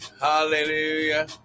hallelujah